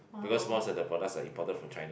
because most of the products are imported from China